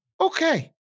okay